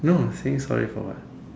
no say sorry for what